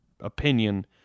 opinion